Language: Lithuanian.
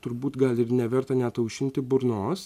turbūt gal ir neverta net aušinti burnos